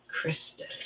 Kristen